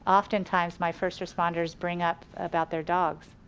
oftentimes my first responders bring up about their dogs.